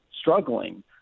struggling